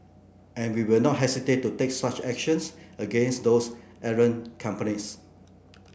and we will not hesitate to take such actions against those errant companies